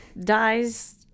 dies